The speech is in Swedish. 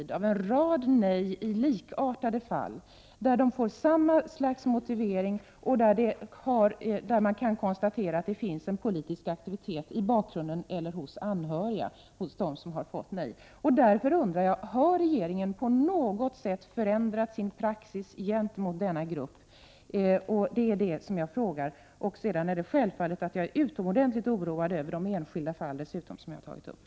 Det har ju förekommit en rad nej i likartade fall, med samma motivering. Man kan konstatera att det finns en politisk aktivitet i bakgrunden — det kan också gälla anhöriga till den som har fått nej. Därför undrar jag om regeringen på något sätt har förändrat praxis när det gäller denna grupp. Sedan vill jag bara säga att jag är utomordentligt oroad över de enskilda fall som jag här har tagit upp.